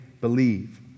believe